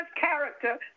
character